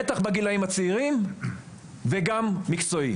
בטח בגילאים הצעירים, וגם מקצועי.